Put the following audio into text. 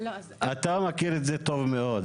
אתה מכיר את זה טוב מאוד,